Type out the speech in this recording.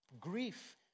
Grief